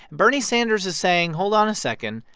bernie sanders is saying, hold on a second.